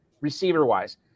receiver-wise